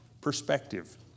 perspective